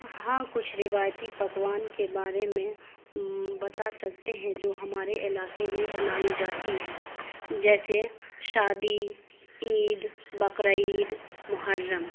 ہاں کچھ روایتی پکوان کے بارے میں بتا سکتے ہیں جو ہمارے علاقے میں بنائی جاتی ہیں جیسے شادی عید بقرا عید محرم